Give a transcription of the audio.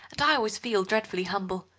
and i always feel dreadfully humble.